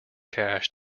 cache